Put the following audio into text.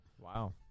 Wow